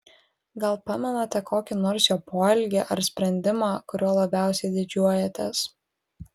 gal pamenate kokį nors jo poelgį ar sprendimą kuriuo labiausiai didžiuojatės